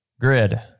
Grid